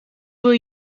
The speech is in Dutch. wil